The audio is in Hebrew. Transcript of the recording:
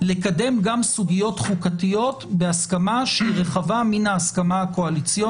לקדם גם סוגיות חוקתיות בהסכמה שהיא רחבה מן ההסכמה הקואליציונית.